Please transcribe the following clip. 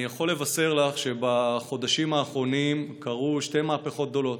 אני יכול לבשר לך שבחודשים האחרונים קרו שתי מהפכות גדולות: